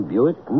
Buick